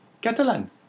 Catalan